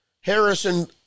Harrison